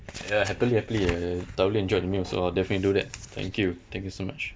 ya happily happily I thoroughly enjoyed the meal so I'll definitely do that thank you thank you so much